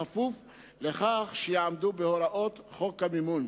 בכפוף לכך שיעמדו בהוראות חוק המימון.